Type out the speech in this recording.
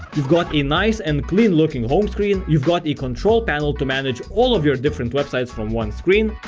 we've got a nice and clean looking homescreen you've got a control panel to manage all of your different websites from one screen,